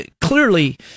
Clearly